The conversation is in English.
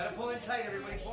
in tight everybody,